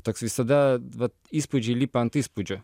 toks visada vat įspūdžiai lipa ant įspūdžio